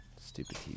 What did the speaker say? Stupid